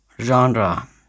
Genre